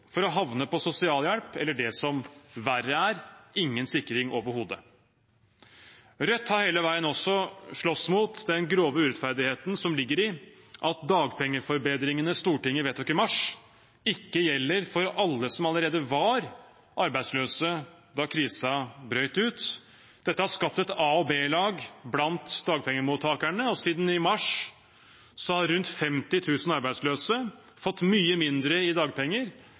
for å havne på sosialhjelp eller det som verre er: ingen sikring overhodet. Rødt har hele veien også slåss mot den grove urettferdigheten som ligger i at dagpengeforbedringene Stortinget vedtok i mars, ikke gjelder for alle som allerede var arbeidsløse da krisen brøt ut. Dette har skapt et a- og b-lag blant dagpengemottakerne, og siden i mars har rundt 50 000 arbeidsløse fått mye mindre i dagpenger